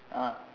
ah